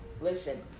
Listen